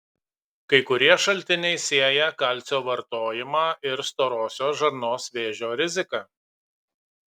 kai kurie šaltiniai sieja kalcio vartojimą ir storosios žarnos vėžio riziką